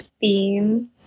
themes